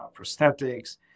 prosthetics